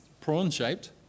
prawn-shaped